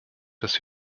dass